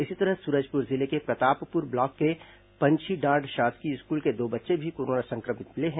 इसी तरह सूरजपुर जिले के प्रतापपुर ब्लॉक के पंछीडांड शासकीय स्कूल के दो बच्चे भी कोरोना संक्रमित मिले हैं